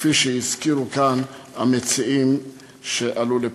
כפי שהזכירו כאן המציעים שעלו לפה.